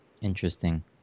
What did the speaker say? Interesting